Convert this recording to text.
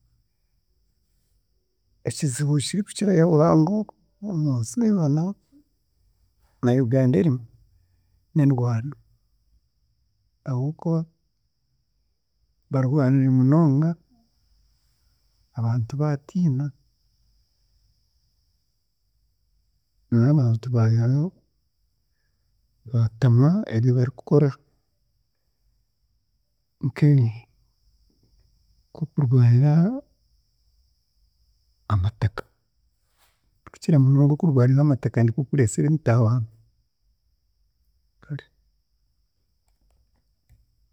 Ekizibu ekirikukirayo obuhango omunsi yoona na Uganda erimu n'endwano ahabw'okuba barwanire munonga, abantu baatiina, n'abantu bayehayo, baatamwa ebi barikukora nkebi nk'okurwana amataka, okukira munonga okurwanira amataka nikwe kureesire emitaawaana, kare.